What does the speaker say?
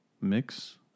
mix